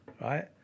right